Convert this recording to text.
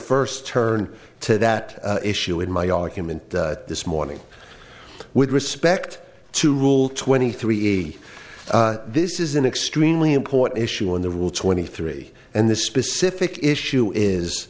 first turn to that issue in my argument this morning with respect to rule twenty three a this is an extremely important issue on the rule twenty three and the specific issue is